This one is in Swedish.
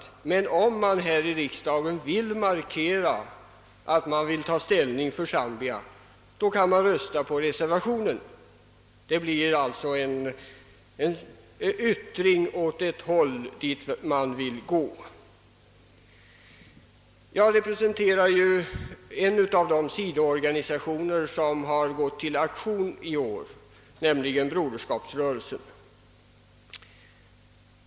Om man emellertid här i riksdagen vill markera att man vill ta ställning för Zambia kan man emellertid lämpligen göra det genom att rösta på reservationen. Jag representerar en av de sidoorganisationer som i år gått till aktion i denna fråga, nämligen Broderskapsrörelsen.